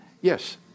Yes